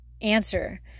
answer